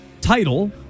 title